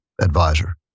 advisor